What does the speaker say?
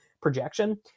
projection